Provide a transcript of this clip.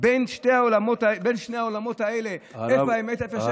בין שני העולמות האלה, איפה האמת, איפה השקר?